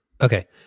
Okay